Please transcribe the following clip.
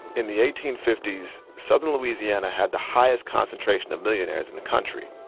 in the eighteen fifty s, southern louisiana had the highest concentration of millionaires in the country.